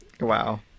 Wow